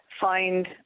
find